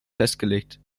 festgelegt